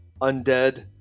undead